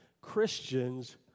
Christians